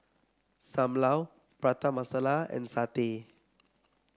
Sam Lau Prata Masala and satay